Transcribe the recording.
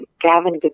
Gavin